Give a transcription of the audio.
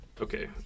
okay